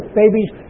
babies